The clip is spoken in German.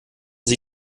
sie